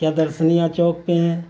کیا درسنیا چوک پہ ہیں